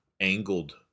angled